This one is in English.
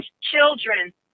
children